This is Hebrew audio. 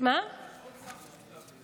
יש עוד שר,